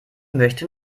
möchte